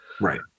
Right